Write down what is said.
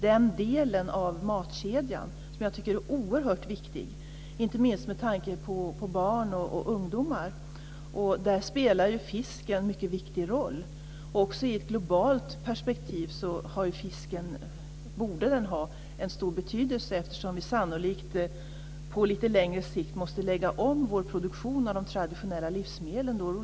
Den delen av matkedjan tycker jag är oerhört viktig, inte minst med tanke på barn och ungdomar. Där spelar fisk en mycket viktig roll. Också i ett globalt perspektiv borde fisken ha stor betydelse, eftersom vi sannolikt på lite längre sikt måste lägga om vår produktion av de traditionella livsmedlen.